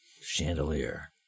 chandelier